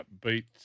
beat